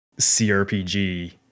CRPG